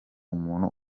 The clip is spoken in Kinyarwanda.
umuntu